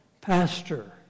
pastor